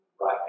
right